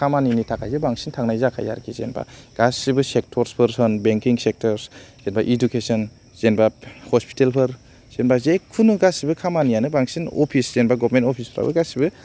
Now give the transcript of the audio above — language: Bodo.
खामानिनि थाखायसो बांसिन थांनाय जाखायो आरो खि जेनबा गासैबो सेक्टरसफोर सान बेंकिं सेक्टरस जेनबा इदुकेसन जेनबा हसपितेलफोर जेनबा जेखुनु गासिबो खामानिआनो बांसिन अफिस जेनबा गभमेन्ट अफिसफ्राबो गासैबो